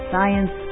Science